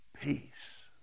peace